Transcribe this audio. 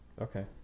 Okay